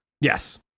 Yes